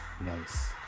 nice